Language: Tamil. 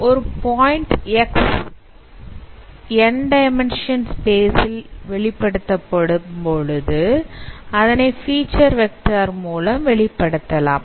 ஒரு point X n dimension space இல் வெளிப்படுத்தப்படும் பொழுது அதனை பீட்சர் வெக்டார் மூலம் வெளிப்படுத்தலாம்